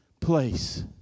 place